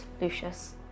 Lucius